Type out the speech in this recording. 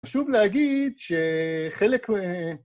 חשוב להגיד שחלק מה...